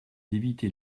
d’éviter